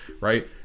right